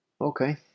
Okay